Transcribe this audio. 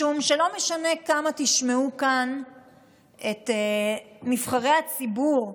משום שלא משנה כמה תשמעו כאן את נבחרי הציבור הערבים,